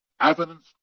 evidence